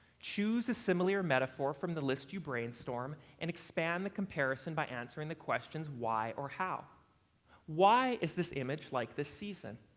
choose a simile or metaphor from the list you brainstormed and expand the comparison by answering the questions why or how why is this image like this season?